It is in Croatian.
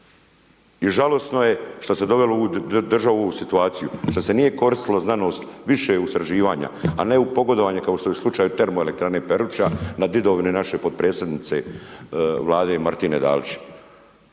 I žalosno je što se dovelo ovu državu u ovu situaciju, što se nije koristila znanost više u istraživanja, a ne u pogodovanje kao što je slučaj termoelektrane Peruča na didovini naše potpredsjednice Vlade Martine Dalić.